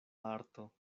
arto